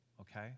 Okay